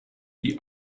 die